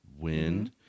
wind